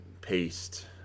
paste